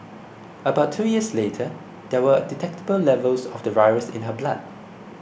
about two years later there were detectable levels of the virus in her blood